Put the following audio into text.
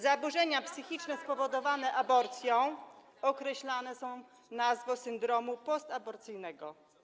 Zaburzenia psychiczne spowodowane aborcją określane są jako syndrom postaborcyjny.